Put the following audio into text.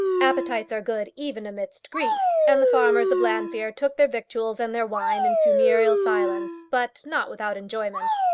appetites are good even amidst grief, and the farmers of llanfeare took their victuals and their wine in funereal silence, but not without enjoyment.